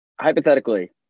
Hypothetically